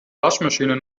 waschmaschine